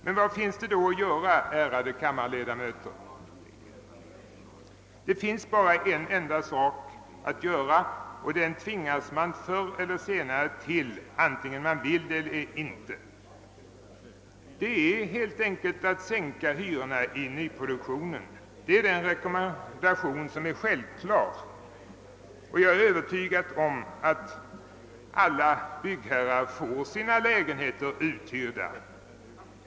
Mcn vad finns det då att göra, ärade kammarledamöter? Det finns bara en enda sak att göra, och den tvingas man förr eller senare till vare sig man vill eller inte, nämligen att helt enkelt sänka hyrorna i nyproduktionen. Det är den självklara rekommendationen, och jag är övertygad om att alla byggherrar då får sina lägenheter uthyrda.